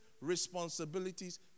responsibilities